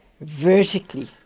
vertically